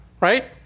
Right